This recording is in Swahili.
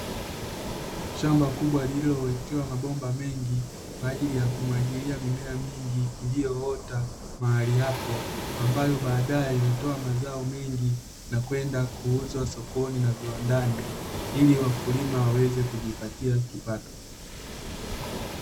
Shamba kubwa lililowekewa mabomba mengi kwa ajili ya kumwagilia mimea mingi iliyoota mahali hapo, ambayo baadaye hutoa mazao mengi na kwenda kuuzwa sokoni na viwandani, ili wakulima waweze kujipatia kipato.